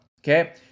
Okay